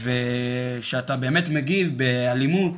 וכשאתה באמת מגיב באלימות,